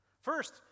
First